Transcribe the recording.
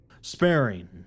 sparing